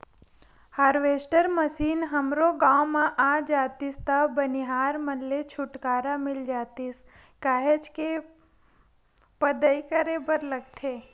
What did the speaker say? harvester machine हमरो गाँव म आ जातिस त बनिहार मन ले छुटकारा मिल जातिस काहेच के पदई करे बर लगथे